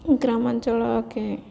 ଗ୍ରାମାଞ୍ଚଳକେ